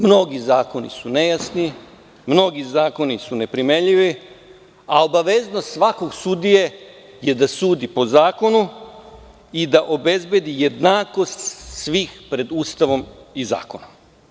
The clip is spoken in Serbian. Mnogi zakoni su nejasni, mnogi zakoni su neprimenjivi, a obaveznost svakog sudije je da sudi po zakonu i da obezbede jednakost svih pred Ustavom i zakonom.